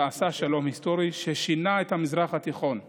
ועשה שלום היסטורי ששינה את המזרח התיכון לעד.